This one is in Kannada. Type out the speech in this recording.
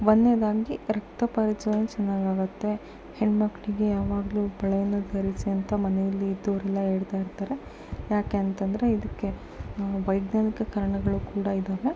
ಒಂದನೇದಾಗಿ ರಕ್ತ ಪರಿಚಲನೆ ಚೆನ್ನಾಗಿ ಆಗುತ್ತೆ ಹೆಣ್ಣುಮಕ್ಳಿಗೆ ಯಾವಾಗಲೂ ಬಳೆಯನ್ನು ಧರಿಸಿ ಅಂತ ಮನೆಯಲ್ಲಿ ಇದ್ದೋರೆಲ್ಲ ಹೇಳ್ತಾ ಇರ್ತಾರೆ ಯಾಕೆ ಅಂತ ಅಂದರೆ ಇದಕ್ಕೆ ವೈಜ್ಞಾನಿಕ ಕಾರಣಗಳು ಕೂಡ ಇದ್ದಾವೆ